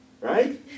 right